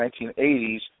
1980's